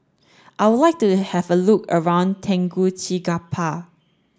I would like to have a look around Tegucigalpa